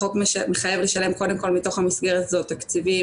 החוק מחייב לשלם קודם כל מתוך המסגרת הזו תקציבים